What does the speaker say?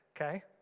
okay